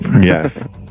Yes